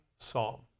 psalm